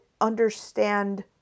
understand